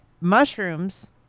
mushrooms